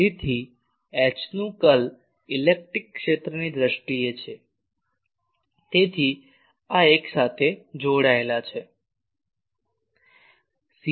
તેથી H નું curl electric ક્ષેત્રની દ્રષ્ટિએ છે તેથી તેઓ એક સાથે જોડાયેલા છે